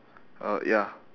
uh ya